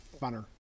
funner